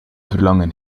verlangen